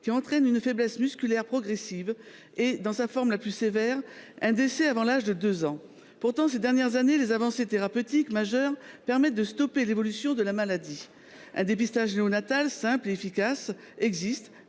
qui entraîne une faiblesse musculaire progressive et, dans sa forme la plus sévère, un décès avant l’âge de 2 ans. Pourtant, ces dernières années, des avancées thérapeutiques majeures ont permis de stopper l’évolution de la maladie. Un dépistage néonatal simple et efficace existe.